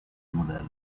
modello